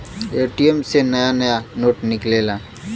ATM से नया नया नोट निकलेला